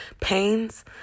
pains